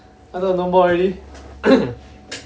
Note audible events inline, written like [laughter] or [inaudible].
I thought no more already [coughs]